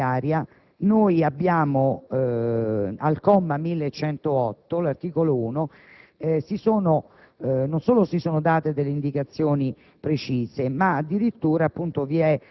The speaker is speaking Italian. che all'interno della finanziaria al comma 1108, dell'articolo 1, non solo si sono date delle indicazioni